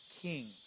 king